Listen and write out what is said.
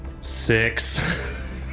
six